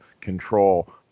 control